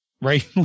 right